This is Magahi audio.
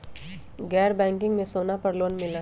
गैर बैंकिंग में सोना पर लोन मिलहई?